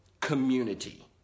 community